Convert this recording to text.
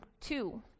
two